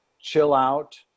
chill-out